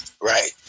right